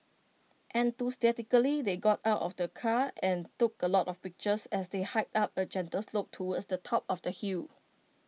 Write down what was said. enthusiastically they got out of the car and took A lot of pictures as they hiked up A gentle slope towards the top of the hill